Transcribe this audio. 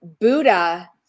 Buddha